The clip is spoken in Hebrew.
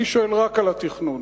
אני שואל רק על התכנון.